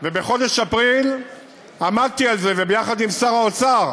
ובחודש אפריל עמדתי על זה, ויחד עם שר האוצר